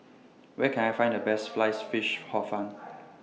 Where Can I Find The Best Sliced Fish Hor Fun